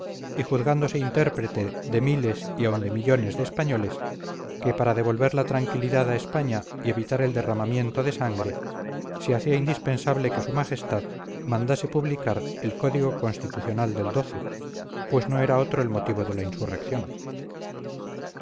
y juzgándose intérprete de miles y aun de millones de españoles que para devolver la tranquilidad a españa y evitar el derramamiento de sangre se hacía indispensable que su majestad mandase publicar el código constitucional del pues no era otro el motivo de la insurrección